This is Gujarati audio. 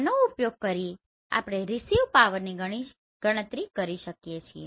આનો ઉપયોગ કરીને આપણે રીસીવ પાવરની ગણતરી કરી છે